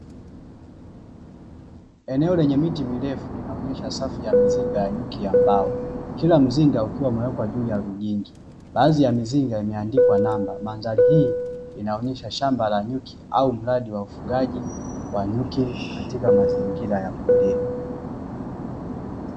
Eneo lenye miti mirefu linaonesha safu ya mizinga ya nyuki ya mbao. Kila mzinga ukiwa umewekwa juu ya vigingi. Baadhi ya mizinga imeandikwa namba. Mandhari hii inaonesha shamba la nyuki au mradi wa ufugaji wa nyuki katika mazingira ya porini.